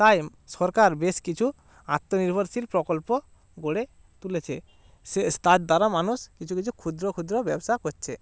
তাই সরকার বেশ কিছু আত্মনির্ভরশীল প্রকল্প গড়ে তুলেছে সে তার দ্বারা মানুষ কিছু কিছু ক্ষুদ্র ক্ষুদ্র ব্যবসা করছে